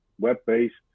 web-based